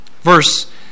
verse